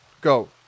Go